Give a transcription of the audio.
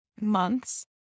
months